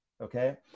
okay